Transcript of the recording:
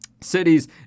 cities